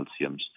calciums